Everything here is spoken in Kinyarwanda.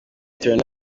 turner